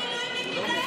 הם התחילו ללמוד.